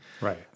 right